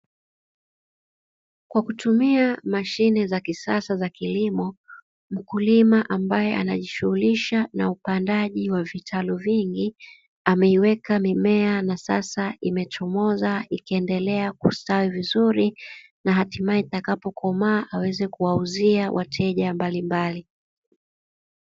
Kwa kutumia mashine za kisasa za kilimo, mkulima ambaye anajishughulisha na upandaji wa vitalu vingi ameiweka mimea, na sasa imechomoza, ikiendelea kustawi vizuri, na hatimaye itakapokomaa, aweze kuwauzia wateja mbalimbali.